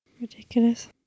Ridiculous